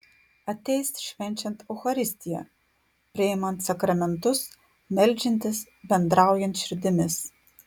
ateis švenčiant eucharistiją priimant sakramentus meldžiantis bendraujant širdimis